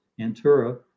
Antura